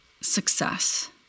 success